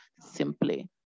simply